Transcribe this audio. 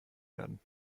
werden